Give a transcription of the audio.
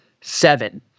seven